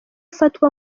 ufatwa